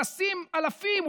טסים אלפים,